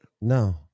no